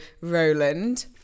Roland